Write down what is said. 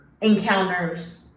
encounters